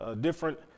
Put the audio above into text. different